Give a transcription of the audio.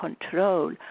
control